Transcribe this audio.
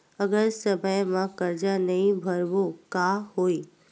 अगर समय मा कर्जा नहीं भरबों का होई?